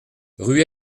rue